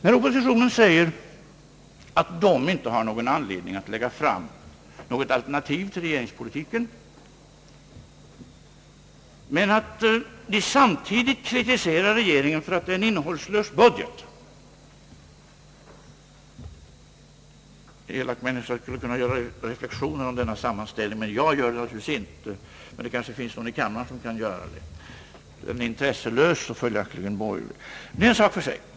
När oppositionen säger att den inte har anledning att lägga fram något alternativ till regeringspolitiken men samtidigt kritiserar regeringen för att ha framlagt en innehållslös budget, så skulle en elak människa kunna göra vissa reflexioner om denna sammanställning. Men jag gör det inte. Det kanske finns någon i kammaren som kan göra det. Budgeten är, säger man, intresselös.